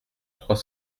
trois